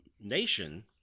nation